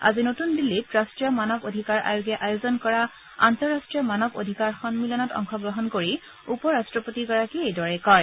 আজি নতন দিল্লীত ৰাষ্ট্ৰীয় মানৱ অধিকাৰ আয়োগে আয়োজন কৰা আন্তঃৰাষ্ট্ৰীয় মানৱ অধিকাৰ সন্মিলনত অংশগ্ৰহণ কৰি উপ ৰাট্টপতিগৰাকীয়ে এইদৰে কয়